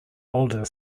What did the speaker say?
older